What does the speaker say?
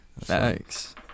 Thanks